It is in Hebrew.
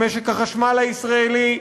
למשק החשמל הישראלי,